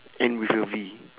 end with a V